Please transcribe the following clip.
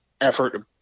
effort